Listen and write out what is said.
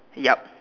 yup